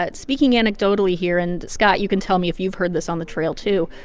but speaking anecdotally here and, scott, you can tell me if you've heard this on the trail, too.